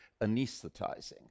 anesthetizing